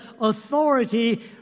authority